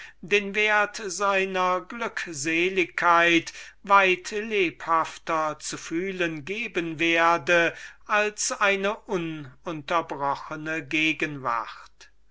den wert seiner glückseligkeit weit lebhafter zu fühlen geben werde als eine ununterbrochene gegenwart